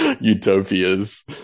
utopias